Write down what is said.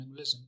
minimalism